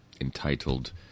entitled